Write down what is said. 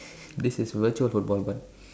this is virtual football